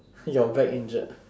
your back injured